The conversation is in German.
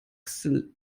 axel